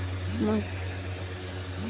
किसान कलेवा योजना म किसान ल का लाभ मिलथे?